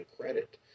credit